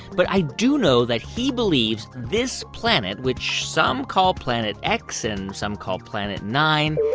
but i do know that he believes this planet, which some call planet x and some called planet nine,